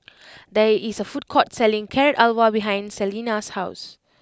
there is a food court selling Carrot Halwa behind Salena's house